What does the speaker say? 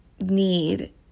need